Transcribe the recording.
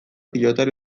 pilotari